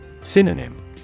Synonym